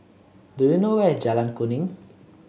do you know where is Jalan Kuning